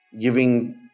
giving